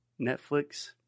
Netflix